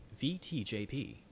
VTJP